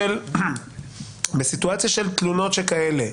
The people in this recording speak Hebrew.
תלונות שכאלה,